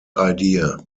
idea